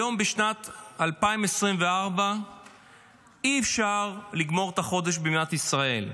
היום בשנת 2024 אי-אפשר לגמור את החודש במדינת ישראל.